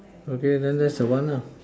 okay then that's the one